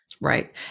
Right